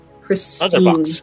Christine